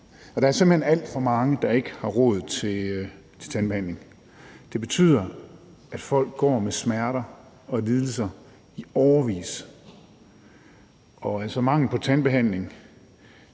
hen alt for mange, der ikke har råd til tandbehandling, og det betyder, at folk går med smerter og lidelser i årevis, og mangel på tandbehandling